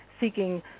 seeking